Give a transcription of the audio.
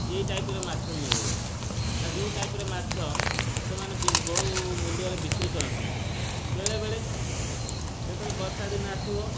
ଏଇ ଟାଇପ୍ର ମାଛ ମିଳିବ ଆଉ ଯୋଉ ଟାଇପ୍ର ମାଛ ସେମାନେ ବହୁ ମୂଲ୍ୟରେ ବିକ୍ରି କରନ୍ତି ବେଳେବେଳେ ଯେତେବେଳେ ବର୍ଷା ଦିନ ଆସିବ